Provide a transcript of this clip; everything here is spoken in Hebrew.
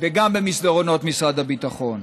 וגם במסדרונות משרד הביטחון.